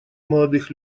молодых